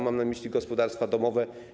Mam na myśli gospodarstwa domowe.